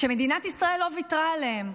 שמדינת ישראל לא ויתרה עליהם.